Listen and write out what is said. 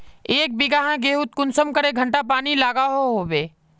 एक बिगहा गेँहूत कुंसम करे घंटा पानी लागोहो होबे?